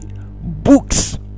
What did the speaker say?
books